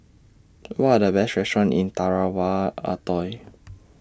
What Are The Best restaurants in Tarawa Atoll